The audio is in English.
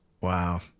Wow